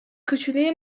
کوچلوی